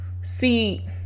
See